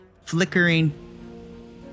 flickering